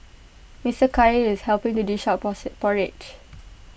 Mister Khair is helping to dish out porridge